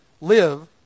live